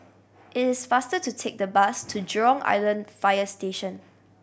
is faster to take the bus to Jurong Island Fire Station